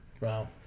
Wow